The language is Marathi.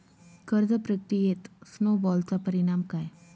कर्ज प्रक्रियेत स्नो बॉलचा परिणाम काय असतो?